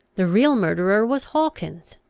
the real murderer was hawkins.